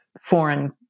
foreign